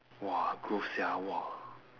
!wah! gross sia !wah!